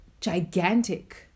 gigantic